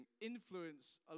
influence